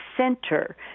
center